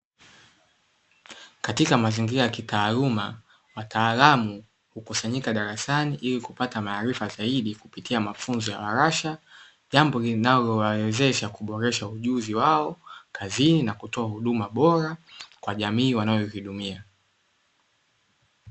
Katika mazingira ya kitaaluma wataalamu hukusanyika darasani ili kupata maarifa zaidi kupitia mafunzo ya wa arasha jambo linalowawezesha kuboresha ujuzi wao kazini na kutoa huduma bora kwa jamii wanayoihudumia.